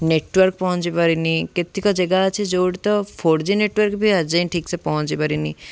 network ପହଞ୍ଚି ପାରିନି କେତକ ଜାଗା ଅଛି ଯେଉଁଠି ତ ଫୋର୍ ଜି ନେଟୱାର୍କ୍ ବି ଆଜି ଯାଏଁ ଠିକ୍ସେ ପହଞ୍ଚି ପାରିନି